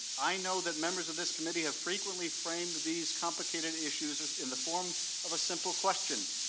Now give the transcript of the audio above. i know that members of this committee have frequently framed these complicated issues in the form of a simple question,